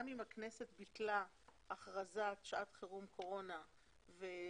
גם אם הכנסת ביטלה הכרזת שעת חירום קורונה ולוקח